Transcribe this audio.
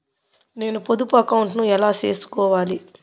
నేను పొదుపు అకౌంటు ను ఎలా సేసుకోవాలి?